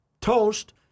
Toast